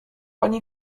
pani